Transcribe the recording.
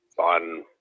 on